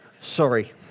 Sorry